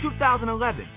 2011